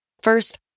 First